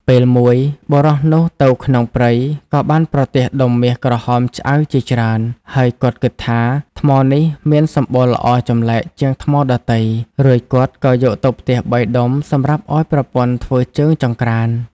ពេលមួយ បុរសនោះទៅក្នុងព្រៃក៏បានប្រទះដុំមាសក្រហមឆ្អៅជាច្រើន ហើយគាត់គិតថា ថ្មនេះមានសម្បុរល្អចម្លែកជាងថ្មដទៃ រួចគាត់ក៏យកទៅផ្ទះបីដុំសម្រាប់ឲ្យប្រពន្ធធ្វើជើងចង្ក្រាន។